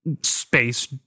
space